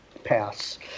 pass